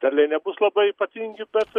derliai nebus labai ypatingi bet